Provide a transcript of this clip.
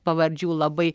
pavardžių labai